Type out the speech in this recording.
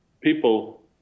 people